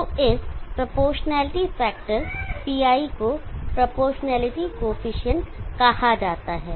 तो इस proportionality factor pi को पेल्टियर कोएफिशिएंट कहा जाता है